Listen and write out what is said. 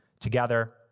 Together